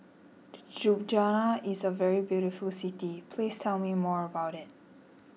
Ljubljana is a very beautiful city please tell me more about it